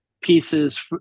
pieces